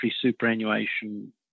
superannuation